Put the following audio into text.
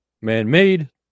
man-made